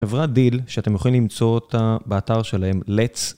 עברה דיל שאתם יכולים למצוא אותה באתר שלהם, let's...